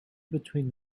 between